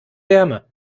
wärme